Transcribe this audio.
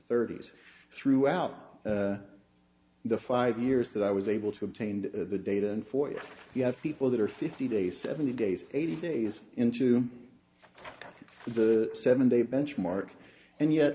thirty's throughout the five years that i was able to obtain the data in four years you have people that are fifty days seventy days eighty days into the seven day benchmark and yet